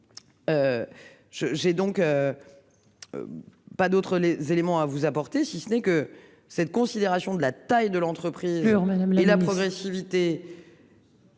Je, j'ai donc. Pas d'autres les éléments à vous apporter, si ce n'est que cette considération de la taille de l'entreprise sur Madame les la progressivité.